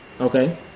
Okay